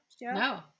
No